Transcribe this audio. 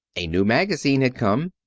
a new magazine had come.